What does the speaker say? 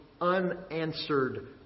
unanswered